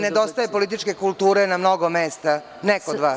Nedostaje političke kulture na mnogo mesta, ne kod vas.